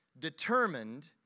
determined